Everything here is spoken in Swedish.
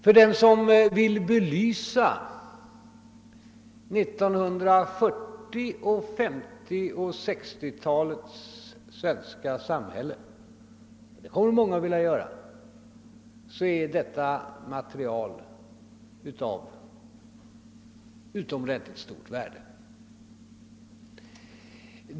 För den som vill belysa 1940-, 1950 och 1960-talens svenska samhälle — och det kommer många att vilja göra — är detta material av utomordentligt stort värde.